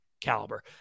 caliber